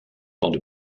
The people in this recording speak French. temps